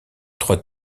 trois